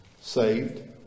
saved